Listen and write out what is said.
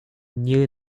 knew